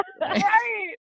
right